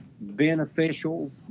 beneficial